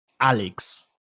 Alex